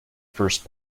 first